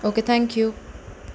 okay thank you